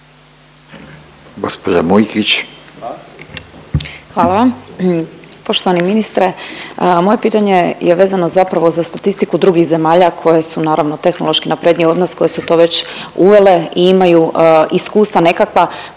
Ivana (DP)** Hvala. Poštovani ministre. Moje pitanje je vezano zapravo za statistiku drugih zemalja koje su naravno tehnološki naprednije od nas, koje su to već uvele i imaju iskustva nekakva.